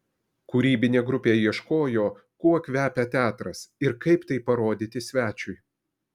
kūrybinė grupė ieškojo kuo kvepia teatras ir kaip tai parodyti svečiui